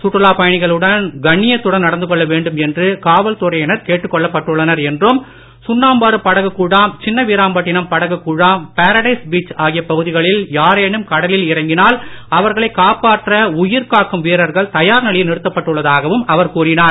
சுற்றுலாப் பயணிகளுடன் கண்ணியத்துடன் நடந்து கொள்ள வேண்டும் என்று காவல்துறையினர் கேட்டுக் கொள்ளப்பட்டுள்ளனர் என்றும் சுண்ணாம்பாறு படகு குழாம் சின்னவீராம்பட்டினம் படகு குழாம் பாரடைஸ் பீச் ஆகியப் பகுதிகளில் யாரேனும் கடலில் இறங்கினால் அவர்களை காப்பாற்ற உயிர்காக்கும் வீரர்கள் தயார் நிலையில் நிறுத்தப்பட்டுள்ளதாகவும் கூறினார்